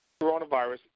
coronavirus